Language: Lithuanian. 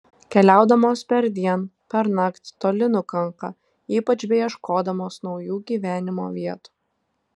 keliaudamos perdien pernakt toli nukanka ypač beieškodamos naujų gyvenimo vietų